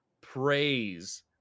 praise